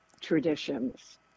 traditions